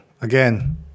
Again